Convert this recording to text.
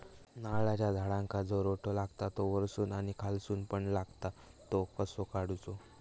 नारळाच्या झाडांका जो रोटो लागता तो वर्सून आणि खालसून पण लागता तो कसो काडूचो?